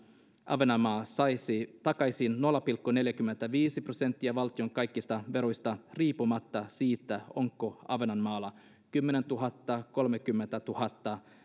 ahvenanmaa saisi takaisin nolla pilkku neljäkymmentäviisi prosenttia valtion kaikista veroista riippumatta siitä onko ahvenanmaalla kymmenentuhatta kolmekymmentätuhatta